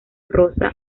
rosa